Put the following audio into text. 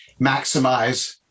maximize